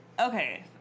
Okay